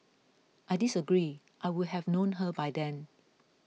I disagree I would have known her by then